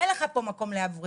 אין לך פה מקום להבריא